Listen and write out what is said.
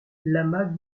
lama